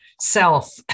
self